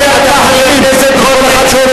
אחד הבכירים,